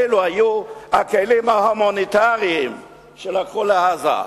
אלה היו הכלים ההומניטריים שלקחו לעזה,